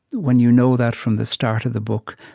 when you know that from the start of the book,